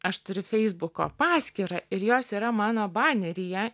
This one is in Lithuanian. aš turiu feisbuko paskyrą ir jos yra mano baneryje